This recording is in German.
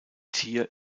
tier